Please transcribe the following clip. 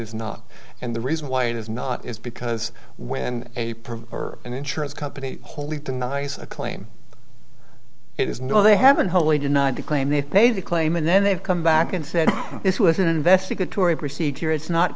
is not and the reason why it is not is because when a person or an insurance company wholly denies a claim it is no they haven't wholly denied the claim they paid the claim and then they've come back and said this was an investigatory procedure is not